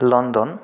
London